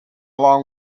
long